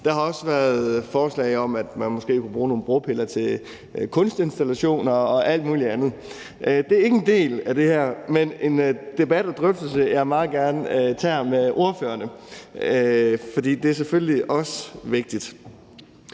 Der har også været forslag om, at man måske kunne bruge nogle bropiller til kunstinstallationer og alt muligt andet. Det er ikke en del af det her, men det er en debat og en drøftelse, jeg meget gerne tager med ordførerne, for det er selvfølgelig også vigtigt.